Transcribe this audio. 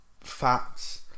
fats